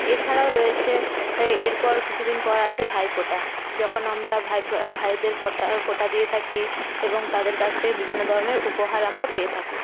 এছাড়াও রয়েছে এরপর কিছুদিন পর আসে ভাইফোঁটা যখন আমরা ভাই ভাইদের ফোঁটা ফোঁটা দিয়ে থাকি এবং তাদের কাছ থেকে বিভিন্ন ধরণের উপহার আমরা পেয়ে থাকি